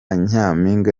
nyampinga